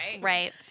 Right